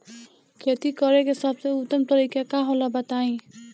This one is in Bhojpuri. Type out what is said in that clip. खेती करे के सबसे उत्तम तरीका का होला बताई?